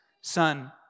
son